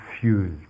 fuel